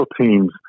teams